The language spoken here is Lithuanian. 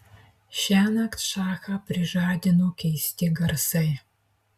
šiąnakt šachą prižadino keisti garsai